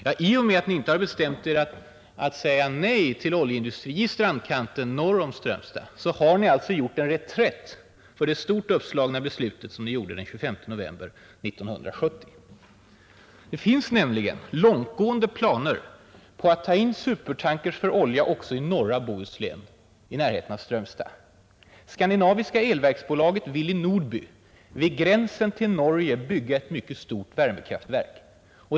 Men i och med att ni inte har bestämt er att säga nej till oljeindustri i strandkanten norr om Strömstad så har ni alltså gjort en reträtt från det stort uppslagna beslut som ni fattade den 25 november 1970. Det finns nämligen långtgående planer på att ta in supertankers för olja också i norra Bohuslän i närheten av Strömstad. Skandinaviska elverksbolaget vill i Nordby vid gränsen till Norge bygga ett mycket stort värmekraftverk.